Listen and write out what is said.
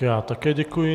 Já také děkuji.